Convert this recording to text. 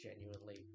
genuinely